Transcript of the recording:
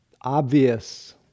obvious